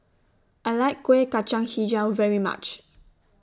I like Kuih Kacang Hijau very much